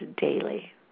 daily